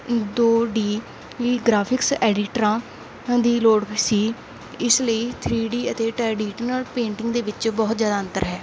ਦੋ ਡੀ ਵੀ ਗ੍ਰਾਫਿਕਸ ਐਡੀਟਰਾਂ ਦੀ ਲੋੜ ਵੀ ਸੀ ਇਸ ਲਈ ਥਰੀ ਡੀ ਅਤੇ ਟ੍ਰੈਡੀਟਨਲ ਪੇਂਟਿੰਗ ਦੇ ਵਿੱਚ ਬਹੁਤ ਜ਼ਿਆਦਾ ਅੰਤਰ ਹੈ